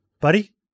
buddy